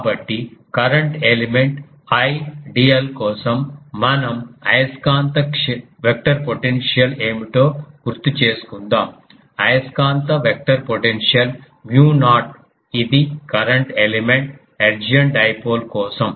కాబట్టి current element Idl కోసం మన అయస్కాంత వెక్టర్ పొటెన్షియల్ ఏమిటో గుర్తుచేసుకుందాం అయస్కాంత వెక్టర్ పొటెన్షియల్ మ్యూ నాట్ ఇది కరెంట్ ఎలిమెంట్ హెర్ట్జియన్ డైపోల్ కోసం